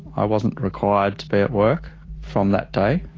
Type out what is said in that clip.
i wasn't required to be at work from that day,